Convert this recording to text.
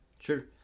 sure